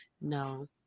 no